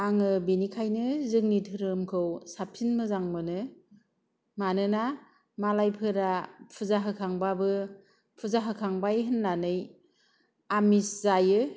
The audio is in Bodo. आङो बेनिखायनो जोंनि धोरोमखौ साबसिन मोजां मोनो मानोना मालायफोरा फुजा होखांबाबो फुजा होखांबाय होननानै आमिस जायो